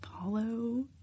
follow